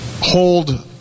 hold